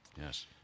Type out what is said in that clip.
Yes